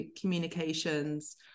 communications